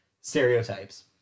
stereotypes